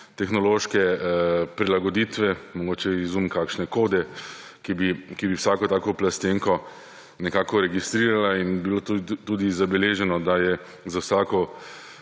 tehnološke prilagoditve, mogoče izum kakšne kode, ki bi vsako tako plastenko nekako registrirala in bilo tudi zabeleženo, da je za vsako